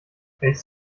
hältst